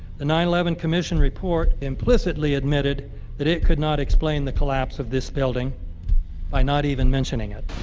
the nine eleven commission report implicitly admitted that it could not explain the collapse of this building by not even mentioning it.